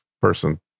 person